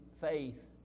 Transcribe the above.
faith